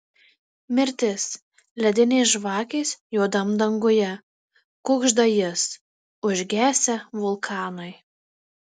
mirtis ledinės žvakės juodam danguje kužda jis užgesę vulkanai